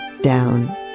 down